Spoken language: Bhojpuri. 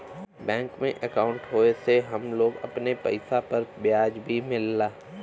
बैंक में अंकाउट होये से हम लोग अपने पइसा पर ब्याज भी मिलला